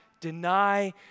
deny